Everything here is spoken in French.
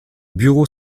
bureau